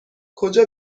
کجا